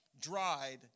dried